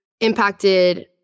impacted